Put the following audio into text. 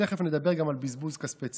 ותכף נדבר גם על בזבוז כספי ציבור.